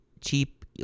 cheap